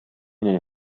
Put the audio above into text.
nel